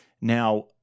Now